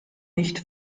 nicht